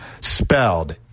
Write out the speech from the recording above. Spelled